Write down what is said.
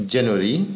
January